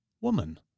woman